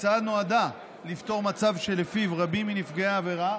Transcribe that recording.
ההצעה נועדה לפתור מצב שלפיו רבים מנפגעי העבירה